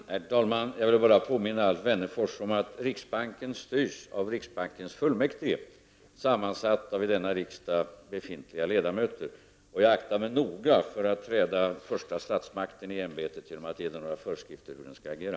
Herr talman! Jag vill påminna Alf Wennerfors om att riksbanken styrs av riksbanksfullmäktige sammansatt av i denna riksdag befintliga ledamöter. Jag aktar mig noga för att falla första statsmakten i ämbetet genom att ge några föreskrifter för hur den skall agera.